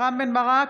רם בן ברק,